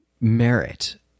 merit